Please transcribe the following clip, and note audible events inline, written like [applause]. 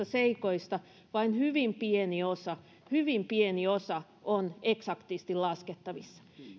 [unintelligible] seikoista vain hyvin pieni osa hyvin pieni osa on eksaktisti laskettavissa